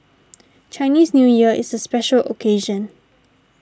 Chinese New Year is a special occasion